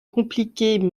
compliquée